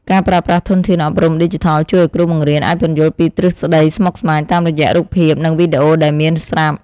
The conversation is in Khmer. ការប្រើប្រាស់ធនធានអប់រំឌីជីថលជួយឱ្យគ្រូបង្រៀនអាចពន្យល់ពីទ្រឹស្តីស្មុគស្មាញតាមរយៈរូបភាពនិងវីដេអូដែលមានស្រាប់។